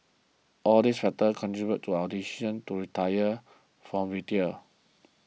all these factors contributed to our decision to retire from retail